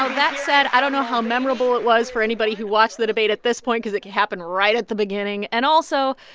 um that said, i don't know how memorable it was for anybody who watched the debate at this point because it happened right at the beginning. and also,